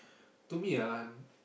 to me ah